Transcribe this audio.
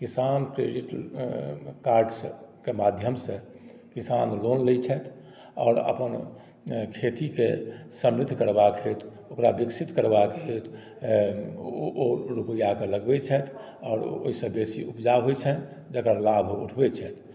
किसान क्रेडिटकार्डसँ के माध्यमसँ किसान लोन लै छथि आओर अपन खेतीकेँ समृद्ध करबाक हेतु ओकरा विकसित करबाक हेतु ओ रुपैआ के लगबै छथि आओर ओहिसँ बेसी उपजा होइ छनि जकर लाभ ओ उठबै छथि